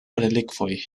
relikvoj